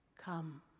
come